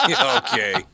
Okay